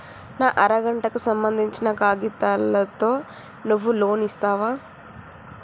నా అర గంటకు సంబందించిన కాగితాలతో నువ్వు లోన్ ఇస్తవా?